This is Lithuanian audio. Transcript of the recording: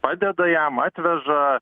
padeda jam atveža